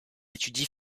étudie